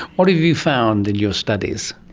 what have you found in your studies?